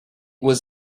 was